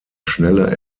schnelle